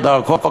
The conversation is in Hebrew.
כדרכו,